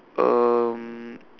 um